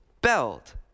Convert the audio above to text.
belt